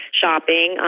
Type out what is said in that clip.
shopping